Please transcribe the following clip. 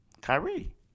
Kyrie